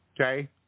Okay